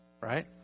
right